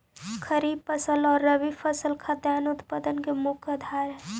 खरीफ फसल आउ रबी फसल खाद्यान्न उत्पादन के मुख्य आधार हइ